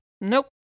Nope